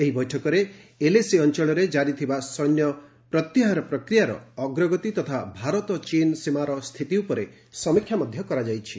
ଏହି ବୈଠକରେ ଏଲ୍ଏସି ଅଞ୍ଚଳରେ ଜାରି ଥିବା ସୈନ୍ୟ ପ୍ରତ୍ୟାହାର ପ୍ରକ୍ରିୟାର ଅଗ୍ରଗତି ତଥା ଭାରତ ଚୀନ ସୀମାର ସ୍ଥିତି ଉପରେ ସମୀକ୍ଷା କରାଯାଇଛି